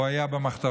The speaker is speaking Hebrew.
הוא היה במחתרות